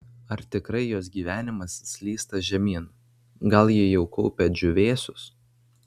ar tikrai jos gyvenimas slysta žemyn gal ji jau kaupia džiūvėsius